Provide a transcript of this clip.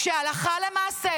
כשהלכה למעשה,